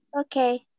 Okay